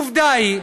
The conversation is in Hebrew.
עובדה היא,